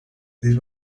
this